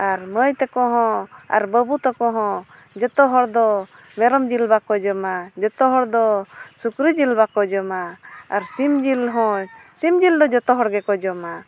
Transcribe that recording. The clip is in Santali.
ᱟᱨ ᱢᱟᱹᱭ ᱛᱟᱠᱚ ᱦᱚᱸ ᱟᱨ ᱵᱟᱹᱵᱩ ᱛᱟᱠᱚ ᱦᱚᱸ ᱡᱚᱛᱚ ᱦᱚᱲ ᱫᱚ ᱢᱮᱨᱚᱢ ᱡᱤᱞ ᱵᱟᱠᱚ ᱡᱚᱢᱟ ᱡᱚᱛᱚ ᱦᱚᱲ ᱫᱚ ᱥᱩᱠᱨᱤ ᱡᱤᱞ ᱵᱟᱠᱚ ᱡᱚᱢᱟ ᱟᱨ ᱥᱤᱢ ᱡᱤᱞ ᱦᱚᱸ ᱥᱤᱢ ᱡᱤᱞ ᱫᱚ ᱡᱚᱛᱚ ᱦᱚᱲ ᱜᱮᱠᱚ ᱡᱚᱢᱟ